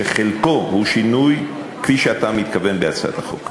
שחלקו הוא שינוי כפי שאתה מתכוון בהצעת החוק.